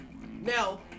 Now